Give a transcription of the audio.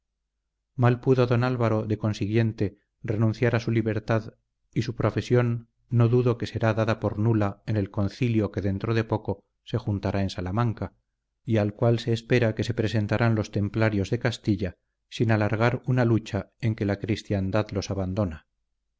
mal pudo don álvaro de consiguiente renunciar a su libertad y su profesión no dudo que será dada por nula en el concilio que dentro de poco se juntará en salamanca y al cual se espera que se presentarán los templarios de castilla sin alargar una lucha en que la cristiandad los abandona